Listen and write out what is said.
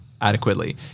adequately